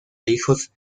hijos